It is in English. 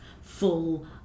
full